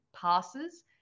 passes